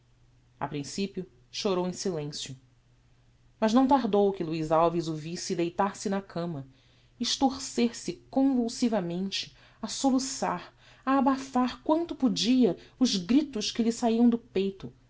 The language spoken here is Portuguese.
a principio chorou em silencio mas não tardou que luiz alves o visse deitar-se na cama estorcer se convulsivamente a soluçar a abafar quanto podia os gritos que lhe saiam do peito